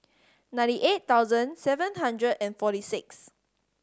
ninety eight thousand seven hundred and forty six